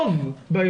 על רחוב בישוב.